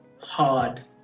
hard